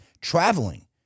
traveling